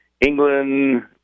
England